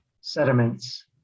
sediments